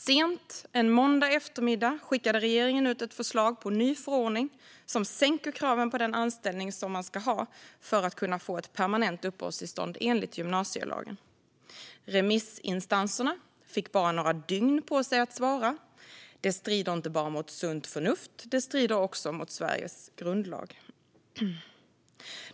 Sent en måndag eftermiddag skickade regeringen ut ett förslag på ny förordning som sänker kraven på den anställning man ska ha för att kunna få permanent uppehållstillstånd, enligt gymnasielagen. Remissinstanserna fick bara några dygn på sig att svara. Det strider inte bara mot sunt förnuft; det strider också mot Sveriges grundlag.